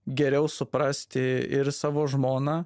geriau suprasti ir savo žmoną